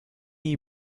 you